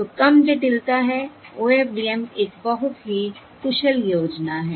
तो कम जटिलता है OFDM एक बहुत ही कुशल योजना है